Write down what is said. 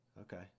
Okay